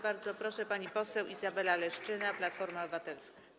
Bardzo proszę, pani poseł Izabela Leszczyna, Platforma Obywatelska.